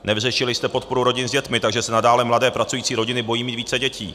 Nevyřešili jste podporu rodin s dětmi, takže se nadále pracující rodiny bojí mít více dětí.